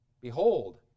behold